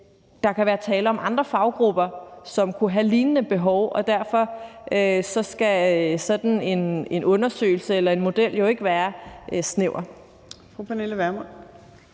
der kan være tale om andre faggrupper, som kunne have lignende behov. Derfor skal sådan en undersøgelse eller model jo ikke være snæver.